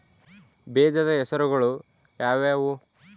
ಬೇಜದ ಹೆಸರುಗಳು ಯಾವ್ಯಾವು?